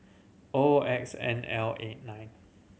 O X N L eight nine